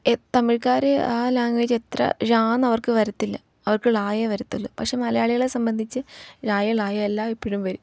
തമിഴ്ക്കാർ ആ ലാംഗ്വേജ് എത്ര ഴാ എന്നവർക്ക് വരത്തില്ല അവർക്ക് ളായെ വരത്തുള്ളൂ പക്ഷെ മലയാളികളെ സംബന്ധിച്ച് ഴായും ലായും എല്ലാം ഇപ്പോഴും വരും